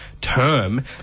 term